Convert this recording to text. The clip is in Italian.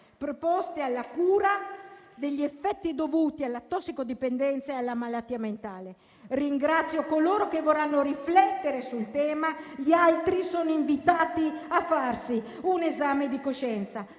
preposte alla cura degli effetti dovuti alla tossicodipendenza e alla malattia mentale. Ringrazio coloro che vorranno riflettere sul tema; gli altri sono invitati a farsi un esame di coscienza.